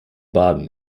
baden